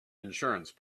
insurance